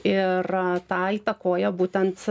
ir tą įtakoja būtent